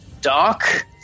Doc